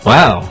Wow